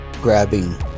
grabbing